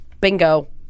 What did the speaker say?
bingo